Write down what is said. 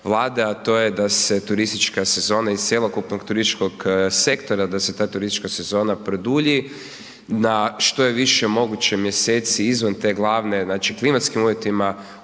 a to je da se turistička sezona iz cjelokupnog turističkog sektora da se ta turistička sezona produlji na što je više moguće mjeseci izvan te glavne, znači klimatskim uvjetima